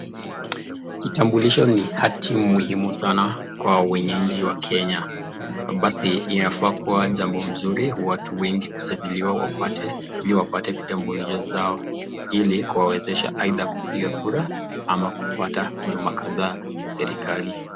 Kitambulisho ni hati muhimu sana kwa wqna nchi wa Kenya, basi inafaa kuwa jambo mzuri watu wengi kusajiliwa ili wapate vitambulisho zao ili kuwawezesha aidha kupiga kura ama kupata huduma kadhaa za serikali.